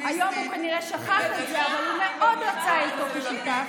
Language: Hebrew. היום הוא כנראה שכח את זה אבל הוא מאוד רצה אותו כשותף.